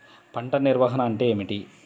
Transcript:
పంట నిర్వాహణ అంటే ఏమిటి?